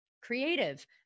creative